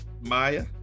Maya